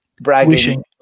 bragging